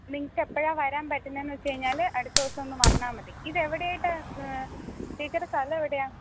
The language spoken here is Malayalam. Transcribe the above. മിനിക്കെപ്പോഴാണ് വരാൻ പറ്റുന്നതെന്നു വെച്ചു കഴിഞ്ഞാൽ അടുത്ത ദിവസമൊന്നു വന്നാൽ മതി ഇത് എവിടെയിട്ടാണ് ടിച്ചറുടെ സ്ഥലം എവിടെയാണ്